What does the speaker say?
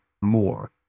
more